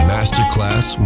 Masterclass